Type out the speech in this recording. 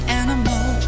animal